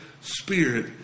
spirit